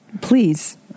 Please